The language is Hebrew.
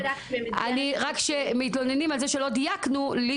שאני בדקתי --- רק שמתלוננים על זה שלא דייקנו,